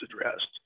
addressed